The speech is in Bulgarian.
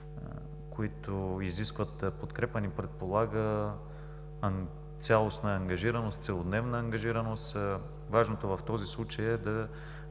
които изискват подкрепа, не предполагат цялостна целодневна ангажираност. Важното в този случай е,